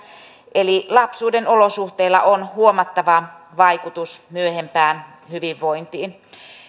eli lapsuuden olosuhteilla on huomattava vaikutus myöhempään hyvinvointiin